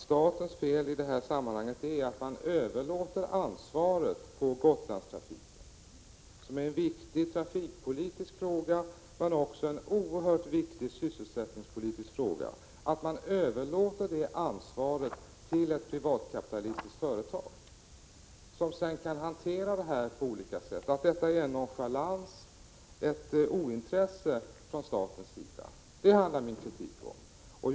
Statens fel i det här sammanhanget är att man överlåter ansvaret för Gotlandstrafiken, som är en viktig trafikpolitisk men också en oerhört viktig sysselsättningspolitisk fråga, till ett privatkapitalistiskt företag, som sedan kan hantera frågan på olika sätt. Detta är nonchalans och visar ointresse från statens sida. Det handlade min kritik om.